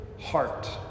heart